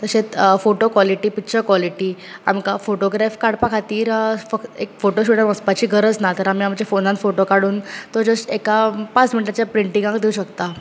तशेंच photo quality picture quality आमकां photograph काडपा खातीर फकत एक फोटो शुटाक वचपाची गरज ना तर आमी आमच्या फोनांत फोटो काडुन तो जस्ट एका पांच मिनटाच्या प्रिन्टिंगाक दिवंक शकता